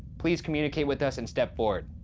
please communicate with us and step forward.